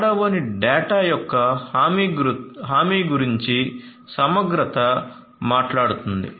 పడవ్వని data యొక్క హామీ గురించి సమగ్రత మాట్లాడుతుంది